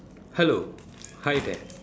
hello hi there